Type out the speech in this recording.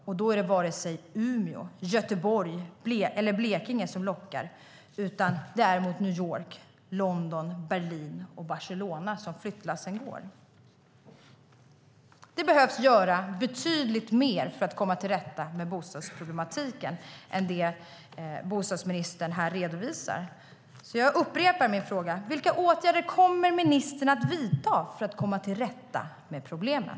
Men då är det inte Umeå, Göteborg eller Blekinge som lockar, utan det är mot New York, London, Berlin och Barcelona flyttlassen går. Det behöver göras betydligt mer för att komma till rätta med bostadsproblematiken än det som bostadsministern här redovisar. Jag upprepar min fråga: Vilka åtgärder kommer ministern att vidta för att komma till rätta med problemen?